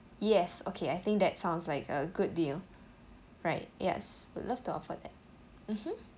yes okay I think that sounds like a good deal right yes love to offer that mmhmm